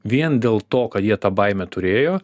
vien dėl to kad jie tą baimę turėjo